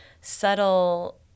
subtle